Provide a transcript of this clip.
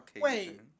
Wait